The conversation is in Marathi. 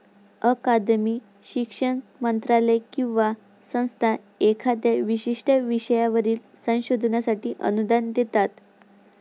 अकादमी, शिक्षण मंत्रालय किंवा संस्था एखाद्या विशिष्ट विषयावरील संशोधनासाठी अनुदान देतात